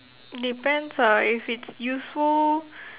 depends ah if it's useful